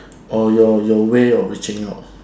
or your your your way of reaching out